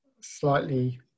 slightly